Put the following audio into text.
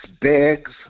bags